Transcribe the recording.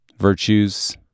Virtues